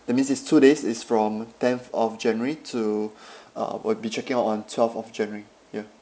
that means it's two days it's from tenth of january to uh we'll be checking out on twelfth of january ya